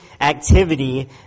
activity